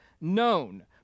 known